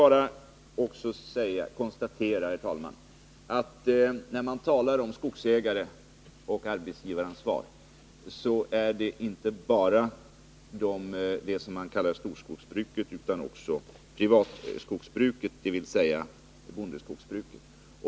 Får jag också bara konstatera, herr talman, att när man talar om skogsägare och arbetsgivaransvar, är det inte bara fråga om det som man kallar storskogsbruket utan också om privatskogsbruket, dvs. bondeskogsbruket.